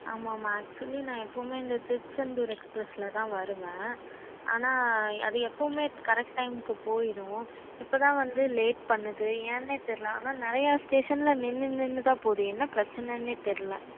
ஆமாம்மா ஆக்ட்சுலி நான் எப்போவுமே இந்த திருச்செந்தூர் எக்ஸ்ஃப்ரஸில்தான் வருவேன் ஆனால் அது எப்போவுமே கரெட் டைமுக்கு போயிடும் இப்போதான் வந்து லேட் பண்ணுது ஏன்னே தெரில ஆனால் நிறையா ஸ்டேஷனில் நின்று நின்று தான் போகுது என்ன பிரச்சனைனே தெரில